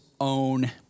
own